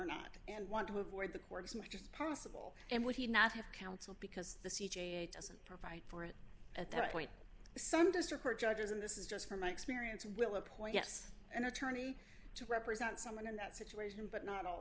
not and want to avoid the courts much as possible and would he not have counsel because the c g a doesn't provide for it at that point some district court judges and this is just from my experience will appoint yes an attorney to represent someone in that situation but not all